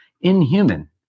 inhuman